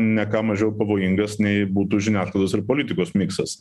ne ką mažiau pavojingas nei būtų žiniasklaidos ir politikos miksas